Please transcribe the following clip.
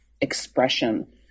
expression